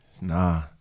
Nah